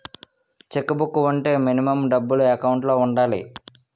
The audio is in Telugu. చెక్ బుక్ వుంటే మినిమం డబ్బులు ఎకౌంట్ లో ఉండాలి?